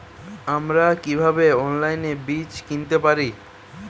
আমরা কীভাবে অনলাইনে বীজ কিনতে পারি?